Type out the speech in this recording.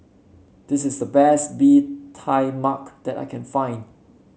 this is the best Bee Tai Mak that I can find